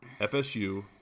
fsu